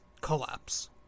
collapse